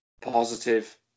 positive